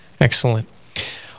Excellent